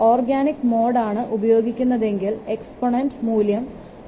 organic mode ആണ് ഉപയോഗിക്കുന്നതെങ്കിൽ exponent മൂല്യം 0